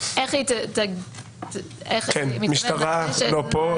איך --- המשטרה לא פה.